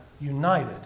united